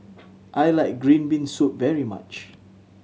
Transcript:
I like green bean soup very much